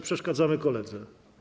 Przeszkadzamy koledze.